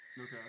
Okay